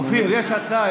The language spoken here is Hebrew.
אופיר, יש הצעה.